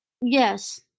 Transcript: Yes